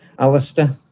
Alistair